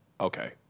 Okay